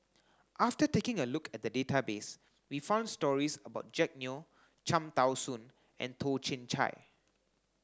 after taking a look at the database we found stories about Jack Neo Cham Tao Soon and Toh Chin Chye